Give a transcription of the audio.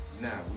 now